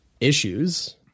issues